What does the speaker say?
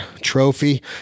trophy